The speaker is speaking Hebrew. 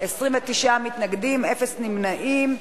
29 מתנגדים, אפס נמנעים.